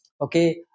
Okay